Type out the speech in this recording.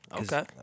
Okay